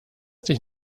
dich